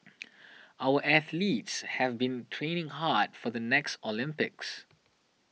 our athletes have been training hard for the next Olympics